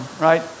right